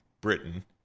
Britain